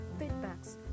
feedbacks